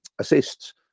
assists